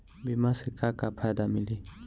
बीमा से का का फायदा मिली?